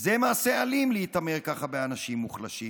זה מעשה אלים להתעמר ככה באנשים מוחלשים.